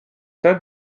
tas